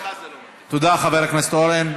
תודה, חבר הכנסת אורן.